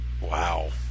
Wow